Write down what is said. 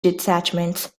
detachments